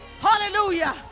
Hallelujah